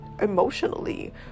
emotionally